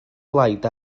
blaid